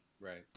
right